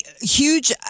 Huge